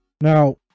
Now